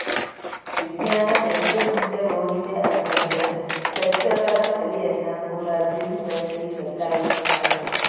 ವಿಜ್ಞಾನ ಎಷ್ಟು ಮುಂದೆ ಹೋಗಿದೆ ಅಂತಂದ್ರೆ ಸಸ್ಯಗಳ ತಳಿಯನ್ನ ಕೂಡಾ ಜೀನ್ ಬಳಸಿ ಬದ್ಲಾಯಿಸಿದ್ದಾರೆ